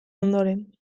ondoren